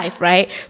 right